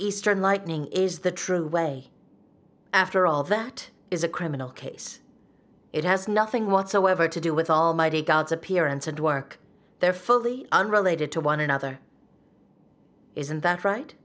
eastern lightning is the true way after all that is a criminal case it has nothing whatsoever to do with almighty god's appearance and work they're fully unrelated to one another isn't that right